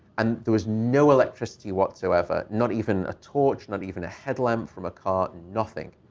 and there was no electricity whatsoever, not even a torch, not even a headlamp from a car, nothing.